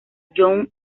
young